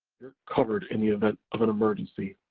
you're covered in the event of an emergency.